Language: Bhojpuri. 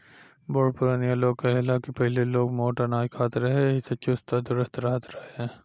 बुढ़ पुरानिया लोग कहे ला की पहिले लोग मोट अनाज खात रहे एही से चुस्त आ दुरुस्त रहत रहे